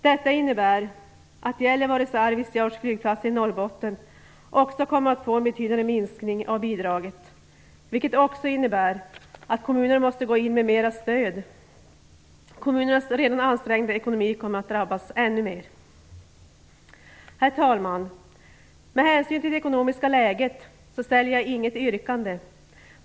Detta innebär att Gällivares och Arvidsjaurs flygplatser i Norrbotten kommer att få en betydande minskning av bidraget, vilket också innebär att kommunerna måste gå in med mera stöd. Kommunernas redan ansträngda ekonomi kommer att drabbas ännu mer. Herr talman! Med hänsyn till det ekonomiska läget framställer jag inget yrkande.